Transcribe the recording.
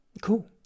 Cool